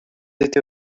été